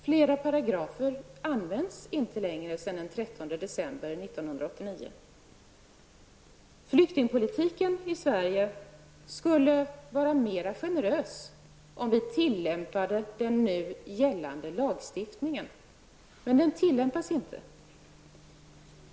Flera paragrafer används inte längre efter den 13 Flyktingpolitiken i Sverige skulle vara mera generös, om vi tillämpade den nu gällande lagstiftningen, men den tillämpas inte.